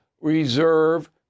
reserve